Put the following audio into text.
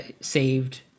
saved